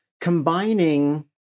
combining